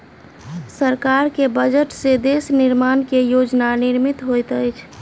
सरकार के बजट से देश निर्माण के योजना निर्मित होइत अछि